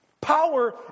Power